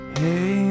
hey